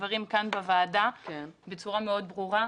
הדברים כאן בוועדה בצורה מאוד ברורה.